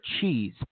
cheese